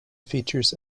features